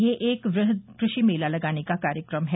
यह एक वृहद कृषि मेला लगाने का कार्यक्रम है